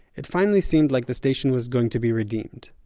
it finally seemed like the station was going to be redeemed.